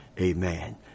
Amen